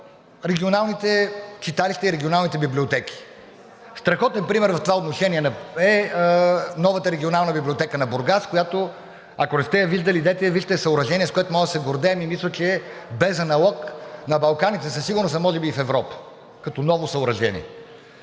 регионалните читалища и регионалните библиотеки. Страхотен пример в това отношение е новата регионална библиотека на Бургас, която, ако не сте я виждали, идете и я вижте – е съоръжение, с което може да се гордеем, и мисля, че е без аналог на Балканите със сигурност, а може би и в Европа като ново съоръжение.